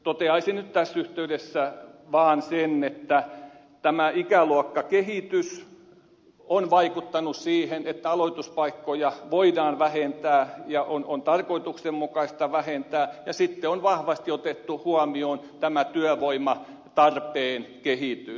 toteaisin nyt tässä yhteydessä vaan sen että tämä ikäluokkakehitys on vaikuttanut siihen että aloituspaikkoja voidaan vähentää ja on tarkoituksenmukaista vähentää ja sitten on vahvasti otettu huomioon tämä työvoimatarpeen kehitys